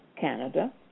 Canada